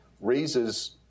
raises